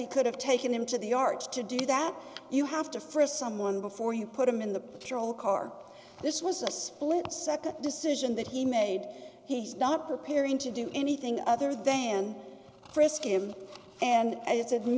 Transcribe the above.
he could have taken him to the arch to do that you have to for someone before you put him in the patrol car this was a split nd decision that he made he's not preparing to do anything other than frisk him and i